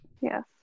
Yes